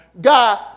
God